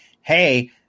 hey